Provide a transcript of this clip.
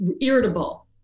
irritable